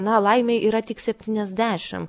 na laimei yra tik septyniasdešim